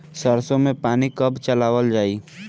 सरसो में पानी कब चलावल जाई?